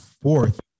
fourth